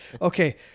Okay